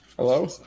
Hello